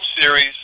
Series